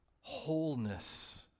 wholeness